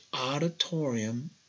auditorium